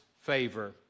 favor